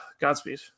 Godspeed